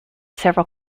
several